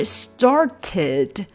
started